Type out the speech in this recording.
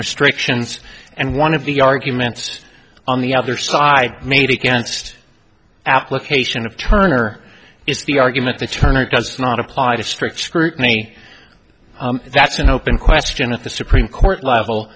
restrictions and one of the arguments on the other side made against application of turner is the argument that turner does not apply to strict scrutiny that's an open question at the supreme court level